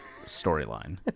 storyline